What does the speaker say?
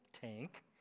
tank